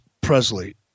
Presley